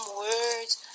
words